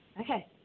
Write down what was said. Okay